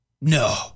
No